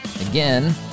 Again